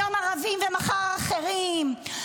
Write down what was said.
היום ערבים ומחר אחרים,